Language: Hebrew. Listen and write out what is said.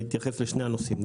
אני אתייחס לשני הנושאים.